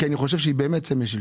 כי אני חושב שהיא באמת סמל שלטון.